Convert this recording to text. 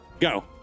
Go